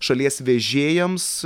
šalies vežėjams